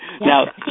now